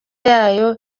yayo